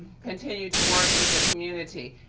continue to work with the community.